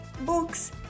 books